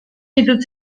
ditut